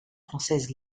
françaises